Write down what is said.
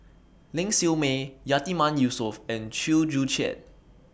Ling Siew May Yatiman Yusof and Chew Joo Chiat